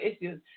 issues